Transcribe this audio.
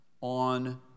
on